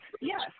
yes